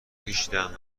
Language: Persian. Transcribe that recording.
کشیدند